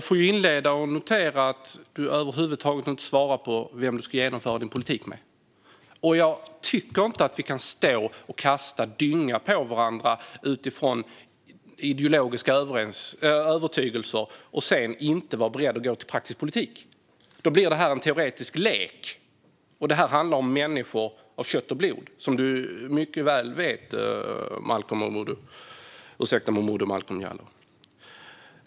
Fru talman! Jag noterar att du över huvud taget inte svarar på vem du ska genomföra din politik med, Momodou Malcolm Jallow. Jag tycker inte att vi kan stå och kasta dynga på varandra utifrån ideologiska övertygelser och sedan inte vara beredda att gå till praktisk politik. Då blir det en teoretisk lek, och detta handlar om människor av kött och blod - som du mycket väl vet, Momodou Malcolm Jallow.